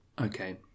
Okay